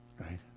right